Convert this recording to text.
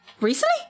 Recently